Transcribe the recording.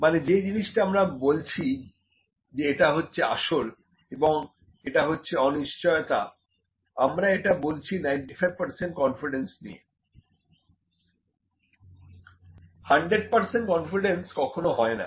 মানে যে জিনিসটা আমরা বলছি যে এটা হচ্ছে আসল এবং এটা হচ্ছে অনিশ্চয়তা আমরা এটা বলছি 95 কনফিডেন্স নিয়ে100 কনফিডেন্স কখনো হয়না